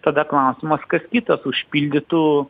tada klausimas kas kitas užpildytų